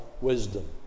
wisdom